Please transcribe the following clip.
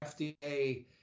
FDA